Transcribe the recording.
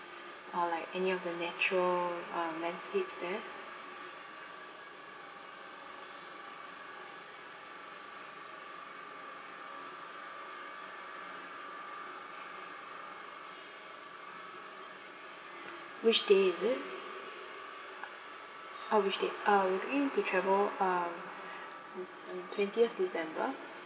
or like any of the natural um landscapes there which day is it ah which date uh we're thinking to travel uh on twentieth december